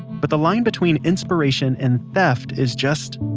but the line between inspiration and theft is just,